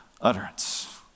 utterance